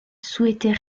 souhaitait